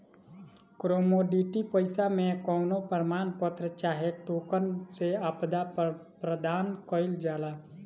commodity पईसा मे कवनो प्रमाण पत्र चाहे टोकन से आदान प्रदान कईल जाला